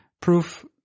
proof